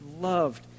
loved